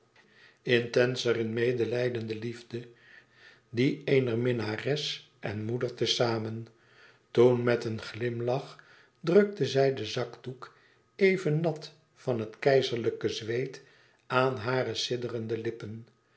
intenser in medelijdende liefde die eener minnares en moeder te zamen toen met een glimlach drukte zij den zakdoek éven nat van het keizerlijke zweet aan hare sidderende lippen